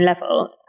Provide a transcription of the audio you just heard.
level